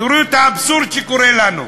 תראו את האבסורד שקורה לנו: